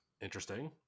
Interesting